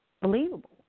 believable